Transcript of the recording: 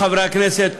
חברי הכנסת,